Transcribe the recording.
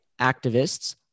activists